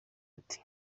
ati